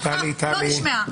דעתך לא נשמעה.